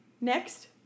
next